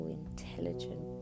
intelligent